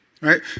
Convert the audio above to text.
Right